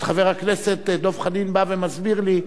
חבר הכנסת דב חנין בא ומסביר לי,